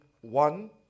one